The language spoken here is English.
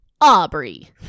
Aubrey